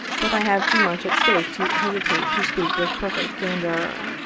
but i have too much at stake to hesitate to speak with perfect candor.